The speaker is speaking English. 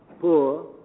poor